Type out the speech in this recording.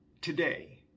today